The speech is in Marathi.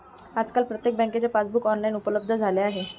आजकाल प्रत्येक बँकेचे पासबुक ऑनलाइन उपलब्ध झाले आहे